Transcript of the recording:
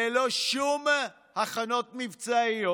ללא שום הכנות מבצעיות.